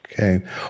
Okay